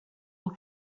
will